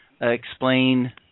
explain